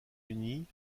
unis